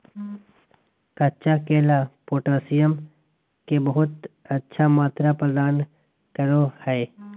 कच्चा केला पोटैशियम के बहुत अच्छा मात्रा प्रदान करो हइ